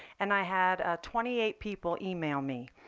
and i had ah twenty eight people email me.